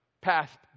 passed